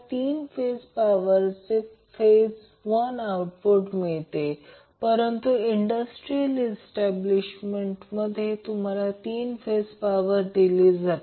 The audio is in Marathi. तेव्हा कृपया ते केव्हाही करा मला उत्तर कळवा मी योग्य उत्तर सांगेन तर यासह या रेझोनन्स भाग संपला आहे